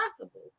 possible